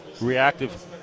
reactive